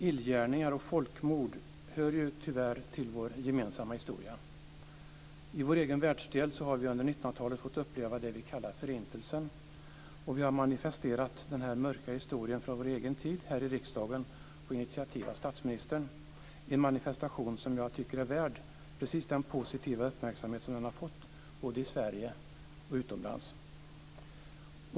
Illgärningar och folkmord hör ju tyvärr till vår gemensamma historia. I vår egen världsdel har vi under 1900-talet fått uppleva det som vi kallar Förintelsen, och vi har manifesterat denna mörka historia från vår egen tid här i riksdagen på initiativ av statsministern. Det var en manifestation som jag tycker är värd precis den positiva uppmärksamhet som den har fått både i Sverige och utomlands.